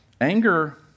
anger